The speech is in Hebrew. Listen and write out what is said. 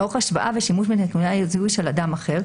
ולערוך השוואה ושימוש בנתוני הזיהוי של אדם אחר,